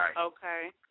Okay